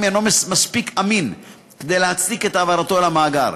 אינו מספיק אמין כדי להצדיק את העברתו למאגר.